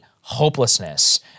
hopelessness